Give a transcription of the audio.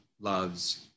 loves